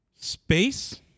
Space